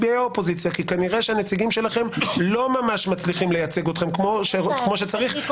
האופוזיציה - כנראה שהנציגים שלכם לא ממש מצליחים לייצג אתכם כמו שצריך,